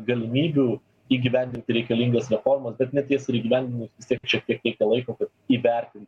galimybių įgyvendinti reikalingas reformas bet net jas ir įgyvendinus vis tiek šiek tiek reikia laiko kad įvertint